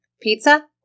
Pizza